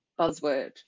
buzzword